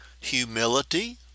humility